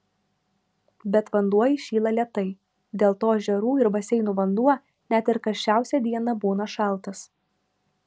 bet vanduo įšyla lėtai dėl to ežerų ir baseinų vanduo net ir karščiausią dieną būna šaltas